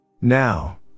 Now